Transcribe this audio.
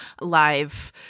live